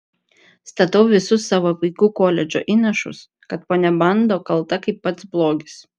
statau visus savo vaikų koledžo įnašus kad ponia bando kalta kaip pats blogis